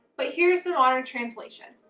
but here's the modern translation.